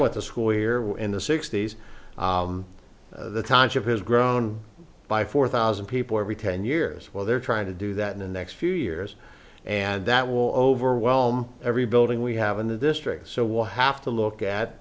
went to school here in the sixty's the times of has grown by four thousand people every ten years while they're trying to do that in the next few years and that will overwhelm every building we have in the district so we'll have to look at